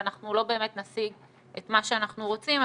ואנחנו לא באמת נשיג את מה שאנחנו רוצים.